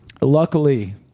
luckily